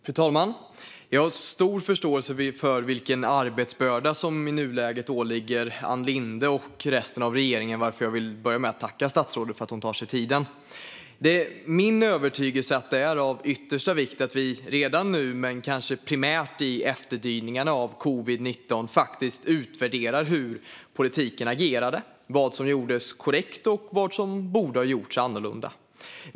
Fru talman! Jag har stor förståelse för vilken arbetsbörda som i nuläget åligger Ann Linde och resten av regeringen, varför jag vill börja med att tacka statsrådet för att hon tar sig tid. Det är min övertygelse att det är av yttersta vikt att vi redan nu, men kanske primärt i efterdyningarna av covid-19, faktiskt utvärderar hur politiken har agerat, vad som gjorts korrekt och vad som borde ha gjorts annorlunda.